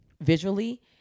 visually